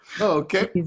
Okay